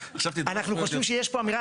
אנחנו חושבים שיש פה אמירה,